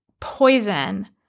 poison